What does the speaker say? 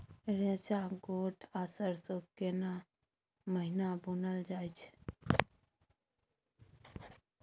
रेचा, गोट आ सरसो केना महिना बुनल जाय छै?